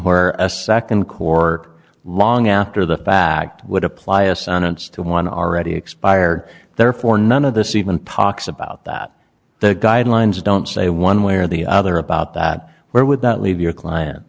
where a second core long after the fact would apply a sentence to want to already expire therefore none of this even pox about that the guidelines don't say one way or the other about that where would that leave your client